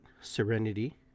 Serenity